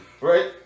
Right